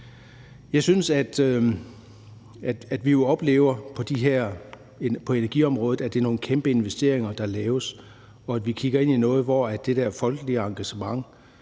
Jeg synes, at vi på energiområdet oplever, at det er nogle kæmpe investeringer, der laves, og at vi kigger ind i noget, hvor det folkelige engagement